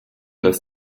das